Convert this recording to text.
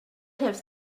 have